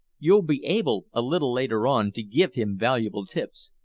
you'll be able, a little later on, to give him valuable tips.